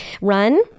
Run